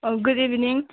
ꯑꯧ good evening